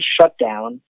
shutdown